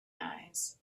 eyes